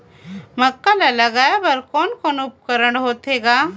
मक्का ला लगाय बर कोने कोने उपकरण होथे ग?